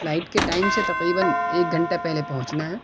flight کے time سے تقریباً ایک گھنٹہ پہلے پہنچنا ہے